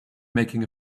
making